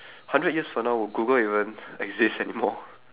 hundred years from now would Google even exist anymore